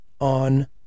on